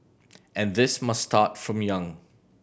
and this must start from young